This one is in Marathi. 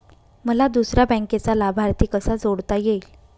मला दुसऱ्या बँकेचा लाभार्थी कसा जोडता येईल?